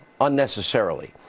unnecessarily